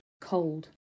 cold